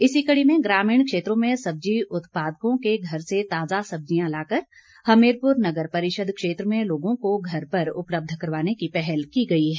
इसी कड़ी में ग्रामीण क्षेत्रों में सब्जी उत्पादकों के घर से ताज़ा सब्ज़ियां लाकर हमीरपुर नगर परिषद क्षेत्र में लोगों को घर पर उपलब्ध करवाने की पहल की गई है